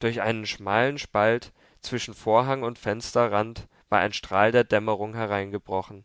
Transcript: durch einen schmalen spalt zwischen vorhang und fensterrand war ein strahl der dämmerung hereingebrochen